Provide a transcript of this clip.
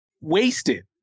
wasted